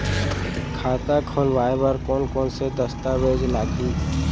खाता खोलवाय बर कोन कोन से दस्तावेज लागही?